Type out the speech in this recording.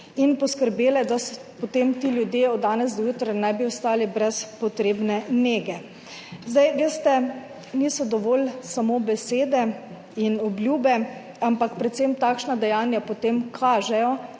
in poskrbele, da ti ljudje potem od danes do jutri ne bi ostali brez potrebne nege. Veste, niso dovolj samo besede in obljube, ampak predvsem takšna dejanja potem kažejo